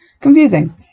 confusing